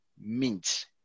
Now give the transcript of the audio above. Mint